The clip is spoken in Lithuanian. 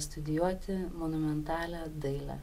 studijuoti monumentalią dailę